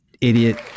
idiot